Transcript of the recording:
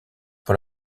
pour